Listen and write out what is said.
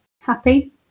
happy